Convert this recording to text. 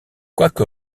quoique